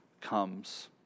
comes